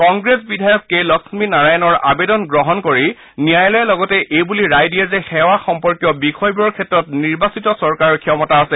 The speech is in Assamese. কংগ্ৰেছ বিধায়ক কে লক্ষ্মী নাৰায়ণনৰ আবেদন গ্ৰহণ কৰি ন্যায়ালয়ে লগতে এই বুলি ৰায় দিয়ে যে সেৱা সম্পৰ্কীয় বিষয়বোৰৰ ক্ষেত্ৰত নিৰ্বাচিত চৰকাৰৰ ক্ষমতা আছে